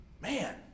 Man